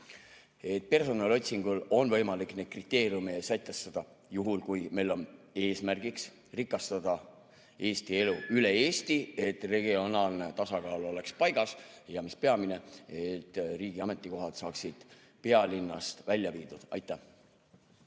Personaliotsingul on võimalik neid kriteeriume [sättida], juhul kui meil on eesmärk rikastada elu kogu Eestis, et regionaalne tasakaal oleks paigas, ja mis peamine, et riigi ametikohad saaksid pealinnast välja viidud. Aitäh!